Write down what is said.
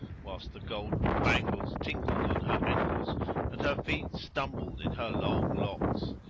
whilst the golden bangles tinkled on her ankles and her feet stumbled in her long locks,